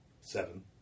Seven